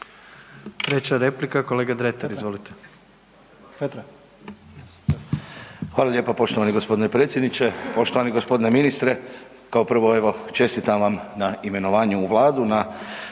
Treća replika kolega Dretar. Izvolite. **Dretar, Davor (DP)** Hvala lijepa. Poštovani gospodine predsjedniče, poštovani gospodine ministre. Kao prvo evo čestitam vam na imenovanju u Vladu,